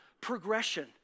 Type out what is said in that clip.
progression